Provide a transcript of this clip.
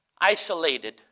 isolated